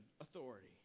authority